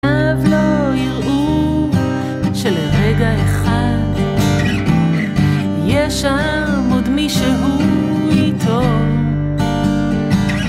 אף לא יראו שלרגע אחד יש שם עוד מישהו איתו